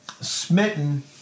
smitten